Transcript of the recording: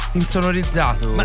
insonorizzato